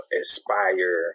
inspire